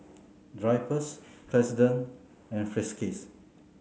Drypers President and Friskies